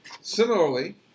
similarly